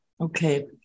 Okay